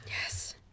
Yes